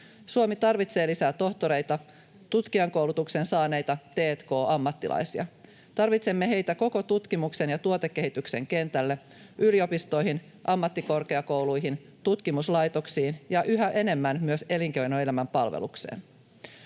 Suomi tarvitsee lisää tohtoreita, tutkijankoulutuksen saaneita t&k-ammattilaisia. Tarvitsemme heitä koko tutkimuksen ja tuotekehityksen kentälle: yliopistoihin, ammattikorkeakouluihin, tutkimuslaitoksiin ja yhä enemmän myös elinkeinoelämän palvelukseen.